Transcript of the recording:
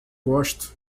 gosto